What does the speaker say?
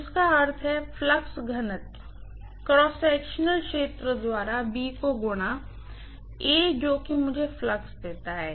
जिसका अर्थ है फ्लक्स घनत्व क्रॉस सेक्शनल क्षेत्र द्वारा को गुणा जो कि मुझे फ्लक्स देता है